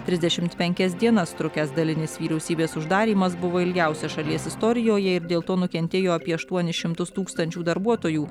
trisdešimt penkias dienas trukęs dalinis vyriausybės uždarymas buvo ilgiausias šalies istorijoje ir dėl to nukentėjo apie aštuonis šimtus tūkstančių darbuotojų